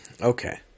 Okay